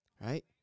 Right